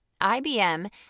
IBM